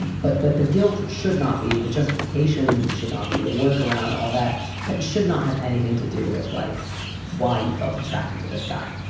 and but but the guilt should not be the justification should not be the work around all that should not have anything to do with like why you felt attracted to this guy.